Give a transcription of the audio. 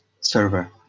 server